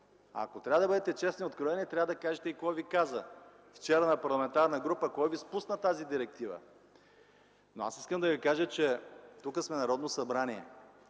Ако трябва да бъдете честни и откровени, трябва да кажете и кой ви каза, вчера на парламентарна група, кой ви спусна тази директива? Аз искам да ви кажа, че тук сме Народно събрание!